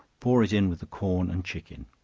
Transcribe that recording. pour it in with the corn and chicken.